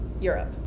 Europe